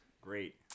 Great